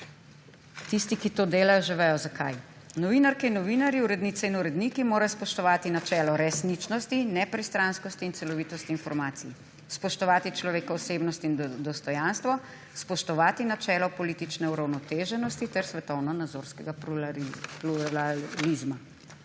Tisti, ki to delajo, že vejo zakaj. »Novinarke in novinarji, urednice in uredniki morajo spoštovati načelo resničnosti, nepristranskosti in celovitosti informacij, spoštovati človekovo osebnost in dostojanstvo, spoštovati načelo politične uravnoteženosti ter svetovnonazorskega pluralizma.